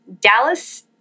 Dallas